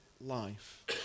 life